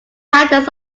titles